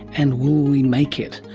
and will we make it?